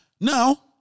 Now